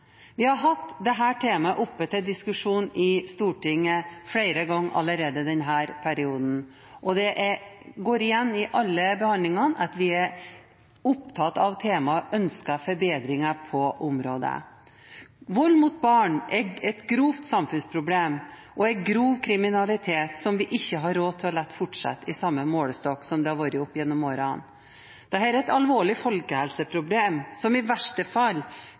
Vi har hatt dette temaet oppe til diskusjon i Stortinget flere ganger allerede i denne perioden, og det går igjen i alle behandlinger, at vi er opptatt av temaet og ønsker forbedringer på området. Vold mot barn er et grovt samfunnsproblem og er grov kriminalitet som vi ikke har råd til å la fortsette i samme målestokk som det har vært opp gjennom årene. Dette er et alvorlig folkehelseproblem som i verste fall